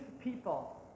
people